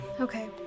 Okay